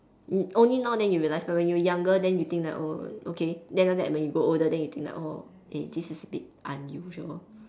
um only now then you realise but when you were younger then you think that oh okay then after that when you grow older then you think like oh eh this is a bit unusual